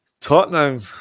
Tottenham